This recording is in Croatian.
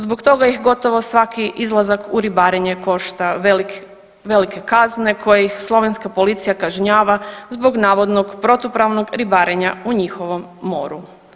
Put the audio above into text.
Zbog toga ih gotovo svaki izlazak u ribarenje košta velike kazne koje ih slovenska policija kažnjava zbog navodnom protupravnog ribarenja u njihovom moru.